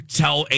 tell